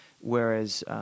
Whereas